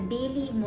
Daily